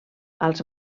als